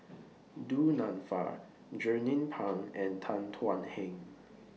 Du Nanfa Jernnine Pang and Tan Thuan Heng